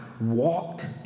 walked